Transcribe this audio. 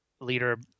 leader